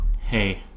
Hey